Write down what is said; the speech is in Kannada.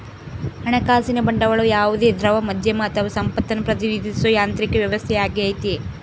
ಹಣಕಾಸಿನ ಬಂಡವಾಳವು ಯಾವುದೇ ದ್ರವ ಮಾಧ್ಯಮ ಅಥವಾ ಸಂಪತ್ತನ್ನು ಪ್ರತಿನಿಧಿಸೋ ಯಾಂತ್ರಿಕ ವ್ಯವಸ್ಥೆಯಾಗೈತಿ